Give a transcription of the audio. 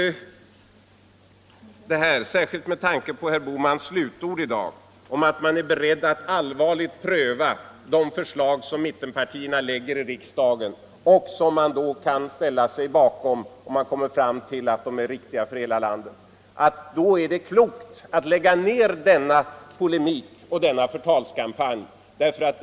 Särskilt med tanke på herr Bohmans slutord om att man är beredd att allvarligt pröva de förslag som mittenpartierna lägger fram i riksdagen och kan ställa sig bakom dessa om man kommer fram till att de är riktiga för hela landet tror jag att det är klokt att lägga ned polemiken och förtalskampanjen mot överenskommelsen.